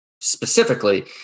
specifically